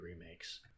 remakes